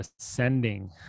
ascending